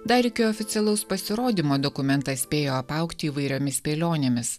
dar iki oficialaus pasirodymo dokumentas spėjo apaugti įvairiomis spėlionėmis